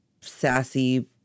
sassy